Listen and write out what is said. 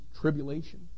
tribulation